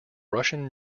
russian